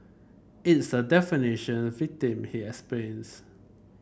it's a definition victim he explains